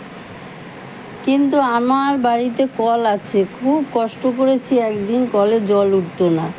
কিন্তু আমার বাড়িতে কল আছে খুব কষ্ট করেছি একদিন কলে জল উঠতো না